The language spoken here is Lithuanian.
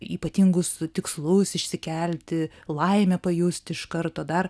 ypatingus tikslus išsikelti laimę pajusti iš karto dar